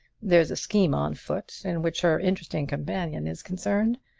there's a scheme on foot in which her interesting companion is concerned,